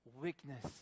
Weakness